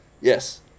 Yes